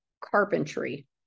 carpentry